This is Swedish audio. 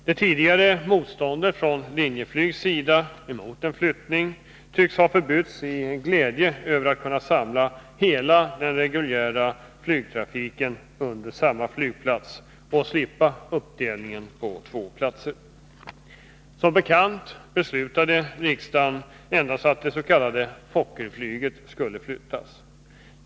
Det tidigare motståndet från Linjeflygs sida mot en flyttning tycks ha förbytts i glädje över att kunna samla hela den reguljära flygtrafiken på samma flygplats och slippa uppdelningen på två flygplatser. Som bekant beslutade riksdagen att endast dets.k. Fokkerflyget skulle flyttas.